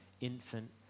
infant